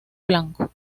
blanco